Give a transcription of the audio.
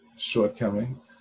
shortcoming